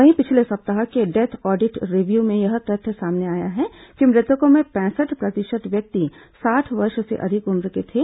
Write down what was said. वहीं पिछले सप्ताह के डेथ ऑडिट रिव्यू में यह तथ्य सामने आया है कि मृतकों में पैंसठ प्रतिशत व्यक्ति साठ वर्ष से अधिक उम्र के थे